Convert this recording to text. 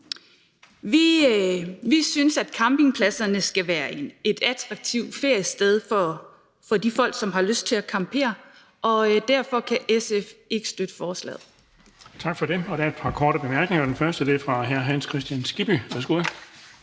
Vi synes, at campingpladserne skal være et attraktivt feriested for de folk, som har lyst til at campere, og derfor kan SF ikke støtte forslaget.